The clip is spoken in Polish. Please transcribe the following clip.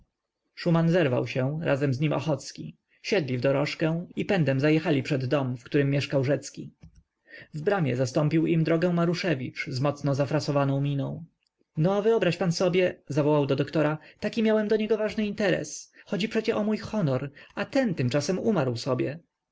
panie szuman zerwał się razem z nim ochocki siedli w dorożkę i pędem zajechali przed dom w którym mieszkał rzecki w bramie zastąpił im drogę maruszewicz z mocno zafrasowaną miną no wyobraź pan sobie zawołał do doktora taki miałem do niego ważny interes chodzi przecież o mój honor a ten tymczasem umarł sobie